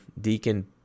Deacon